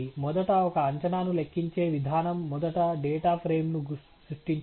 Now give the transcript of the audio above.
మొదట ఒక అంచనాను లెక్కించే విధానం మొదట డేటా ఫ్రేమ్ను సృష్టించడం